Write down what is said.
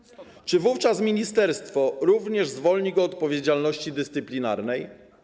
Czy wówczas ministerstwo również zwolni go od odpowiedzialności dyscyplinarnej?